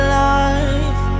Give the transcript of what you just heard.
life